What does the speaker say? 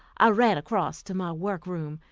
i ran across to my work-room,